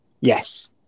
Yes